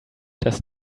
does